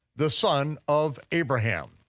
the son of abraham.